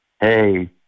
Hey